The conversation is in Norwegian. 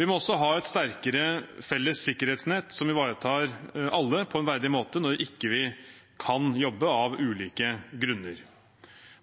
Vi må også ha et sterkere felles sikkerhetsnett som ivaretar alle på en verdig måte når vi av ulike grunner ikke kan jobbe.